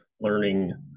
learning